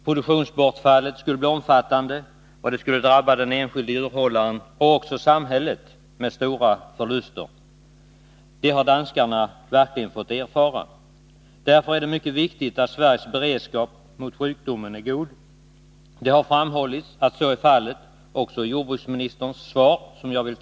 Produktionsbortfallet skulle bli omfattande, och det skulle drabba både den enskilde djurhållaren och samhället, som skulle göra stora förluster. Det har danskarna verkligen fått erfara. Därför är det mycket viktigt att Sveriges beredskap mot sjukdomen är god. Jordbruksministern har i sitt svar — som jag vill tacka för — framhållit att så också är fallet.